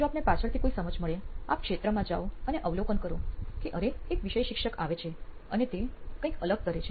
જો આપપને પાછળથી કોઈ સમજ મળે આપ ક્ષેત્રમાં જાઓ અને અવલોકન કરો કે અરે એક વિષય શિક્ષક આવે છે અને તે કંઇક અલગ કરે છે